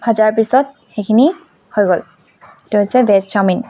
ভাজাৰ পিছত সেইখিনি হৈ গ'ল সেইটো হৈছে ভেজ চাওমিন